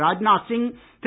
Rajnath Singh Thiru